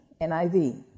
NIV